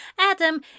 Adam